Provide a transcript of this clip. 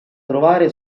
trovare